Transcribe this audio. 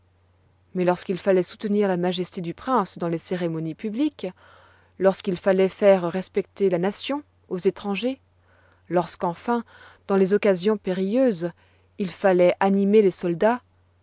mais lorsqu'il falloit soutenir la majesté du prince dans les cérémonies publiques lorsqu'il falloit faire respecter la nation aux étrangers lorsque enfin dans les occasions périlleuses il falloit animer les soldats